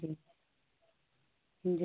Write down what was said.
ठीक जी